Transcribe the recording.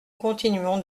continuons